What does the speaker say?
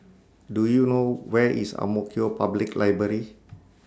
Do YOU know Where IS Ang Mo Kio Public Library